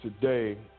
today